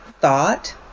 thought